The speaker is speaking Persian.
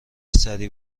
سریع